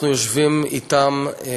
אנחנו יושבים אתם.